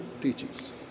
teachings